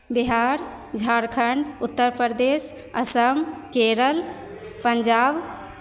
Bihar Jharkhand Uttar Pradesh Assam Kerala Punjab